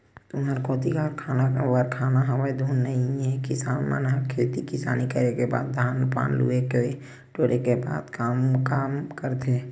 तुँहर कोती कारखाना वरखाना हवय धुन नइ हे किसान मन ह खेती किसानी करे के बाद धान पान ल लुए टोरे के बाद काय काम करथे?